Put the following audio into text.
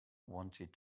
wanted